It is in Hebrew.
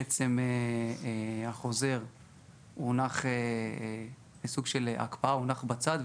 בעצם החוזה בסוג של הקפאה הונח בצד,